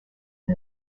and